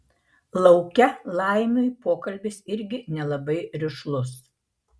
lauke laimiui pokalbis irgi nelabai rišlus